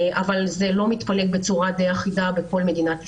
אבל זה לא מתפלג בצורה אחידה בכל מדינת ישראל.